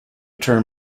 term